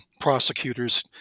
prosecutors